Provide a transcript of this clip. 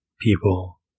people